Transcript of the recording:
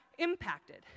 impacted